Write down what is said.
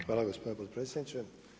Hvala gospodine potpredsjedniče.